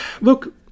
look